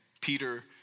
Peter